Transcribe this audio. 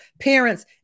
parents